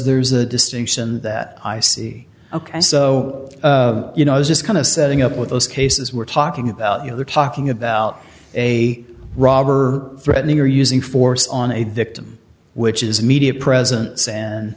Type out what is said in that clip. there's a distinction that i see ok so you know i was just kind of setting up with those cases we're talking about you know we're talking about a robber threatening or using force on a victim which is a media presence and